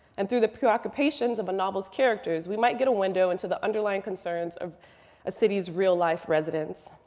and through the preoccupations of a novel's characters, we might get a window into the underlying concerns of a city's real life residents.